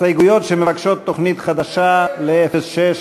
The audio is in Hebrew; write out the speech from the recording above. הסתייגויות שמבקשות תוכנית חדשה ל-06,